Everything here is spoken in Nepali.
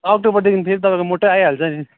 अक्टोबरदेखि फेरि तपाईँको मोटै आइहाल्छ नि